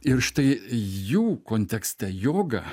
ir štai jų kontekste joga